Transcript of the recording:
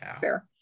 fair